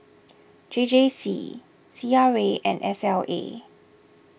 J J C C R A and S L A